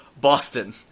Boston